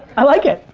i like it,